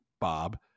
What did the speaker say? Bob